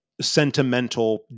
sentimental